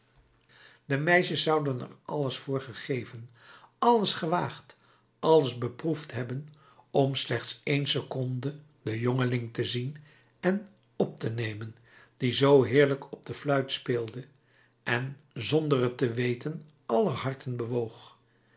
de meisjes zouden er alles voor gegeven alles gewaagd alles beproefd hebben om slechts een seconde den jongeling te zien en op te nemen die zoo heerlijk op de fluit speelde en zonder het te weten aller harten bewoog